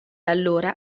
allora